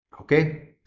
Okay